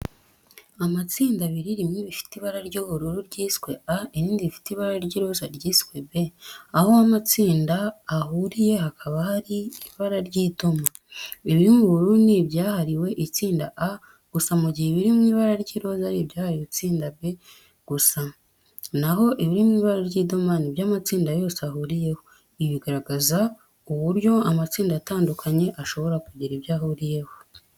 Amatsinda abiri rimwe rifite ibara ry'ubururu ryiswe A n'irindi rifite ibara ry'iroza ryiswe B. Aho amatsinda ahuriye hakaba hari ibara ry'idoma. Ibiri mu bururu ni ibyihariwe n'itsinda A gusa mu gihe ibiri mu ibara ry'iroza ari ibyihariwe n'itsinda B gusa. Na ho ibiri mu ibara ry'idoma ni ibyo amatsinda yose ahuriyeho. Ibi bigaragaza uburyo amatsinda atandukanye ashobora kugira ibyo ahuriyeho.